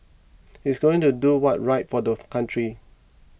he's going to do what's right for the country